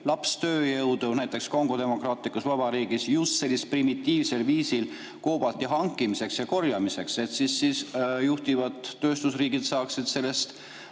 lapstööjõudu, näiteks Kongo Demokraatlikus Vabariigis – just sellisel primitiivsel viisil koobalti hankimiseks ja korjamiseks –, et juhtivad tööstusriigid saaksid sellest